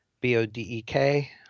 B-O-D-E-K